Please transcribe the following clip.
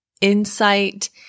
insight